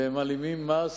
ומעלימים מס